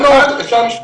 אפשר משפט אחד אחרון?